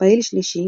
פעיל שלישי,